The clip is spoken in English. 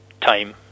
time